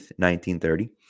1930